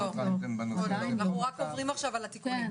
עוד לא, אנחנו רק עוברים עכשיו על התיקונים.